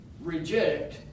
reject